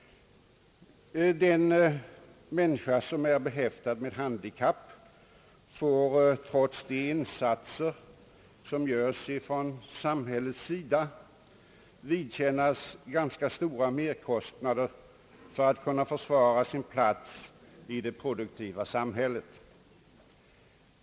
De människor som är behäftade med handikapp får, trots de insatser som görs från samhället, vidkännas ganska stora merkostnader för att kunna försvara sina platser i det produktiva samhället.